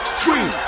scream